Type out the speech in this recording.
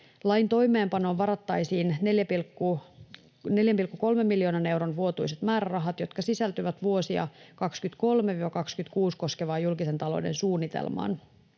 Lain toimeenpanoon varattaisiin 4,3 miljoonan euron vuotuiset määrärahat, jotka sisältyvät vuosia 23—26 koskevaan julkisen talouden suunnitelmaan.